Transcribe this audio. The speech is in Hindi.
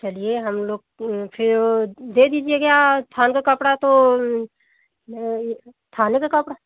चलिए हमलोग फिर वह दे दीजिएगा थान का कपड़ा तो थाने का कपड़ा